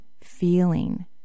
feeling